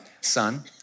son